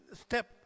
step